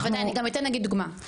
אני גם אתן נגיד דוגמא.